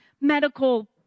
medical